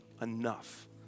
enough